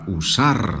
usar